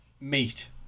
meat